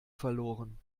verloren